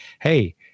hey